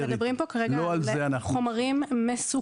אנחנו מדברים פה כרגע על חומרים מסוכנים.